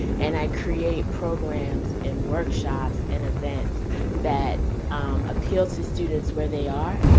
and i create programs and workshops and events that appeal to students where they are,